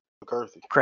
McCarthy